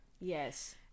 Yes